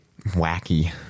Wacky